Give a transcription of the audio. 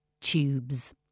Tubes